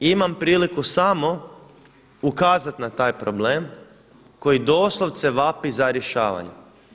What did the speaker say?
Imam priliku samo ukazati na taj problem, koji doslovce vapi za rješavanjem.